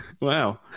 Wow